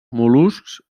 mol·luscs